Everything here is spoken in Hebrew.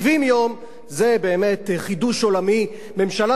זה באמת חידוש עולמי: ממשלה של 70 יום.